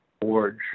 forge